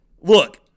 Look